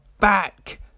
Back